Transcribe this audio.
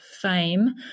fame